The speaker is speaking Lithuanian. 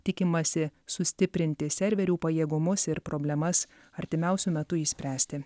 tikimasi sustiprinti serverių pajėgumus ir problemas artimiausiu metu išspręsti